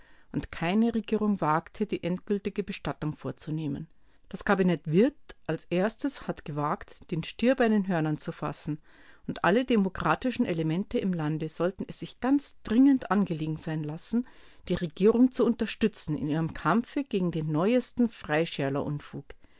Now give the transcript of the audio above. und keine regierung wagte die endgültige bestattung vorzunehmen das kabinett wirth als erstes hat gewagt den stier bei den hörnern zu fassen und alle demokratischen elemente im lande sollten es sich ganz dringend angelegen sein lassen die regierung zu unterstützen in ihrem kampfe gegen den neuesten freischärlerunfug